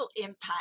impact